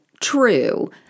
true—